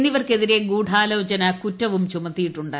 എന്നിവർക്കെതിര ഗൂഢാലോചനാകുറ്റവും ചുമത്തിയിട്ടുണ്ട്